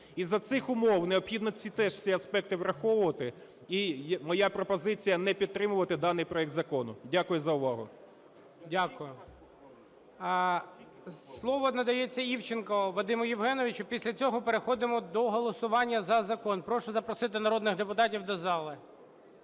І із-за цих умов необхідно ці теж всі аспекти враховувати. І моя пропозиція - не підтримувати даний проект закону. Дякую за увагу. ГОЛОВУЮЧИЙ. Дякую. Слово надається Івченко Вадиму Євгеновичу. Після цього переходимо до голосування за закон. Прошу запросити народних депутатів до зали.